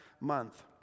month